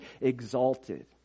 exalted